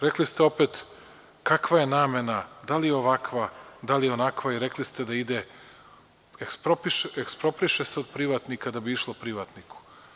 Rekli ste opet, kakva je namena, da li je ovakva, da li je onakva, rekli ste da ide, ekspropriše se u privatnika da bi išlo privatniku.